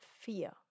fear